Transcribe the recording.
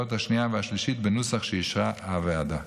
השנייה והשלישית בנוסח שאישרה הוועדה.